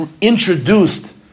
introduced